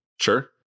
Sure